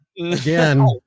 again